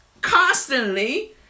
constantly